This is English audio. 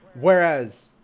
Whereas